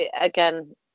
again